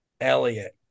Elliot